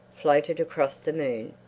floated across the moon.